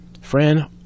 Friend